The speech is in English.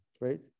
right